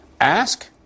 Ask